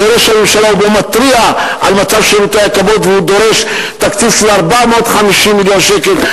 ובו הוא מתריע על מצב שירותי הכבאות ודורש תקציב של 450 מיליון שקל.